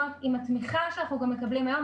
עם התמיכה שאנחנו מקבלים היום,